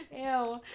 Ew